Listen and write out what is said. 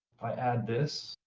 i add this,